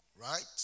right